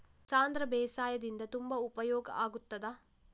ಸಾಂಧ್ರ ಬೇಸಾಯದಿಂದ ತುಂಬಾ ಉಪಯೋಗ ಆಗುತ್ತದಾ?